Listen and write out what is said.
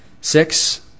Six